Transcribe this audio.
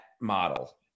model